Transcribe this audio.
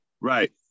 Right